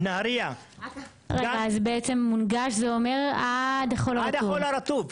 נהריה --- אז בעצם מונגש זה עד החול הרטוב.